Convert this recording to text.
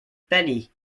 palais